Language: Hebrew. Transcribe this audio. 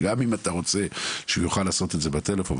גם אם אתה רוצה שהוא יוכל לעשות את זה בטלפון,